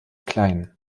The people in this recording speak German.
klein